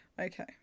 Okay